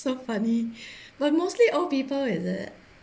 so funny but mostly old people is it